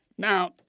Now